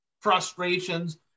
frustrations